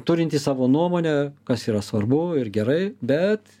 turintį savo nuomonę kas yra svarbu ir gerai bet